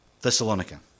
Thessalonica